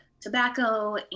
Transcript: tobacco